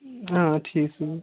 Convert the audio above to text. آ ٹھیٖک چھُ